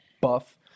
buff